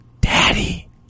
daddy